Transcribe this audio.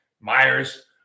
Myers